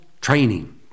training